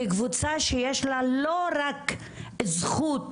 כקבוצה שיש לה לא רק זכות